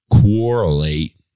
correlate